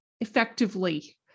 effectively